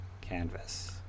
canvas